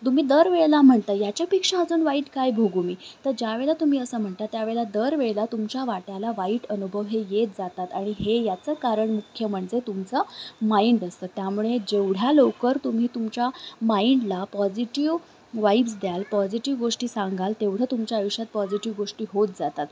तुम्ही दरवेळेला म्हणता याच्यापेक्षा अजून वाईट काय भोगू मी तर ज्या वेळेला तुम्ही असं म्हणता त्यावेळेला दरवेळेला तुमच्या वाट्याला वाईट अनुभव हे येत जातात आणि हे याचं कारण मुख्य म्हणजे तुमचं माइंड असतं त्यामुळे जेवढ्या लवकर तुम्ही तुमच्या माइंडला पॉझिटिव्ह वाईब्स द्याल पॉझिटिव्ह गोष्टी सांगाल तेवढं तुमच्या आयुष्यात पॉझिटिव्ह गोष्टी होत जातात